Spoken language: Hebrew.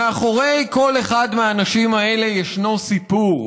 מאחורי כל אחד מהאנשים האלה יש סיפור,